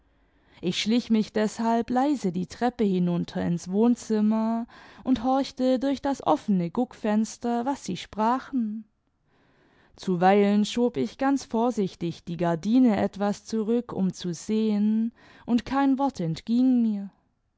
ich schlich mich deshalb leise die treppe hintmter ins wohnzimmer d horchte durch das offene guckfenster was sie sprachen zuweilen schob ich ganz vorsichtig die gardine etwas zurück um zu sehen und kein wort entging mir